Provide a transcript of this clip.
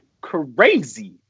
crazy